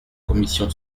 commission